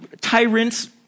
tyrants